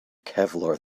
kevlar